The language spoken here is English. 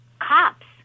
cops